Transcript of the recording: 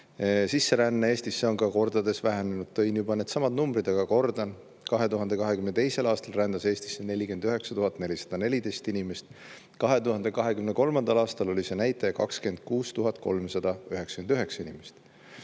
Sisseränne Eestisse on ka kordades vähenenud. Tõin juba needsamad numbrid välja, aga kordan. 2022. aastal rändas Eestisse 49 414 inimest, 2023. aastal oli see näitaja 26 399 inimest.